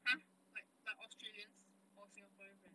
!huh! like australians or singaporeans friend